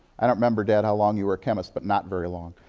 i don't remember, dad, how long you were a chemist, but not very long.